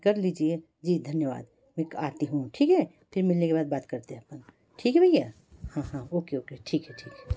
कर लीजिए जी धन्यवाद एक आती हूँ ठीक है फिर मिलने के बाद बात करते हैं अपन ठीक है भैया हाँ हाँ ओके ओके ठीक है ठीक है